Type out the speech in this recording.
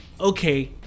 okay